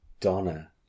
Donna